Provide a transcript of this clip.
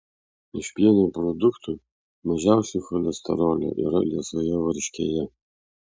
iš pieno produktų mažiausiai cholesterolio yra liesoje varškėje